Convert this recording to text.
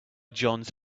johns